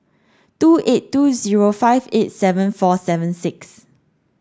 two eight two zero five eight seven four seven six